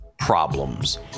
Problems